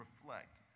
reflect